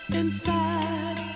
inside